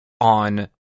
on